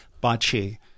Bachi